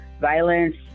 violence